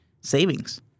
savings